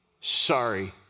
Sorry